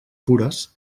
pures